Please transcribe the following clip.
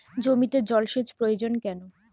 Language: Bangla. জমিতে জল সেচ প্রয়োজন কেন?